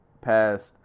passed